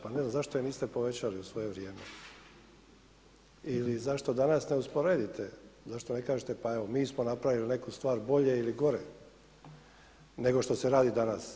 Pa ne znam zašto je niste povećali u svoje vrijeme i zašto danas ne usporedite, zašto ne kažete pa evo mi smo napravili neku stvar bolje ili gore nego što se radi danas.